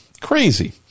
Crazy